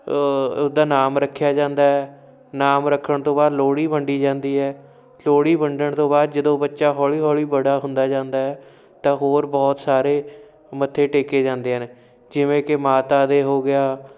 ਉਹਦਾ ਨਾਮ ਰੱਖਿਆ ਜਾਂਦਾ ਨਾਮ ਰੱਖਣ ਤੋਂ ਬਾਅਦ ਲੋਹੜੀ ਵੰਡੀ ਜਾਂਦੀ ਹੈ ਲੋਹੜੀ ਵੰਡਣ ਤੋਂ ਬਾਅਦ ਜਦੋਂ ਬੱਚਾ ਹੌਲੀ ਹੌਲੀ ਬੜਾ ਹੁੰਦਾ ਜਾਂਦਾ ਤਾਂ ਹੋਰ ਬਹੁਤ ਸਾਰੇ ਮੱਥੇ ਟੇਕੇ ਜਾਂਦੇ ਹਨ ਜਿਵੇਂ ਕਿ ਮਾਤਾ ਦੇ ਹੋ ਗਿਆ